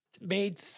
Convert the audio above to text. made